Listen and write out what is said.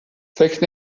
فکر